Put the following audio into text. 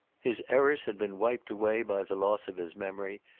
his errors had been wiped away by the loss of his memory,